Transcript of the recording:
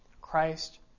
Christ